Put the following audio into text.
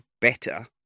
better